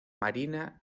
marina